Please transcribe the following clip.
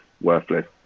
worthless